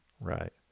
Right